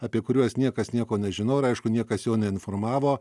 apie kuriuos niekas nieko nežino ir aišku niekas jo neinformavo